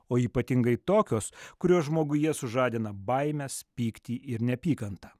o ypatingai tokios kurios žmoguje sužadina baimes pyktį ir neapykantą